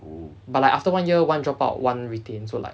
but like after one year one drop out one retained so like